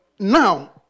Now